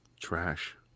trash